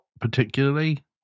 particularly